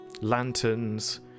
lanterns